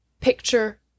picture